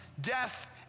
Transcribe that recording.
death